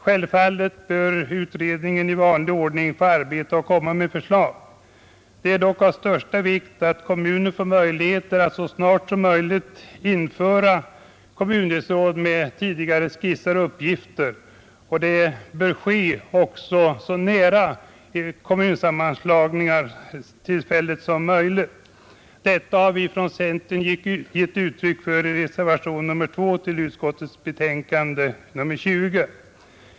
Självfallet bör utredningen få arbeta och lägga fram förslag i vanlig ordning, men det är av största vikt att kommunerna får möjligheter att så snart som möjligt införa kommundelsråd med tidigare skisserade uppgifter, och detta bör ske så nära kommunsammanläggningstillfället som möjligt. Detta har vi från centern givit uttryck för i reservationen 2 till konstitutionsutskottets betänkande nr 20.